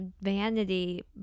vanity